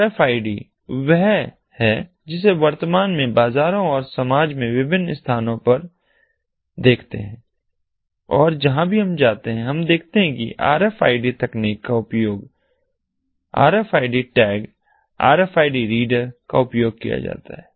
are F I D वह है जिसे हम वर्तमान में बाजारों और समाज में विभिन्न स्थानों पर देखते हैं और जहाँ भी हम जाते हैं हम देखते हैं कि RFID तकनीक का उपयोग R F I D tag R F I D reader का उपयोग किया जा रहा है